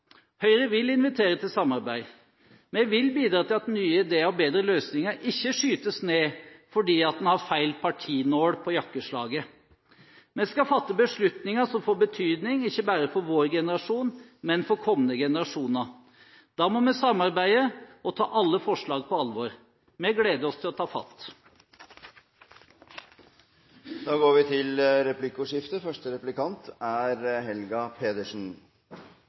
Høyre vil invitere til samarbeid. Vi vil bidra til at nye ideer og bedre løsninger ikke skytes ned fordi man har feil partinål på jakkeslaget. Vi skal fatte beslutninger som får betydning – ikke bare for vår generasjon, men for kommende generasjoner. Da må vi samarbeide og ta alle forslag på alvor. Vi gleder oss til å ta fatt. Det blir replikkordskifte.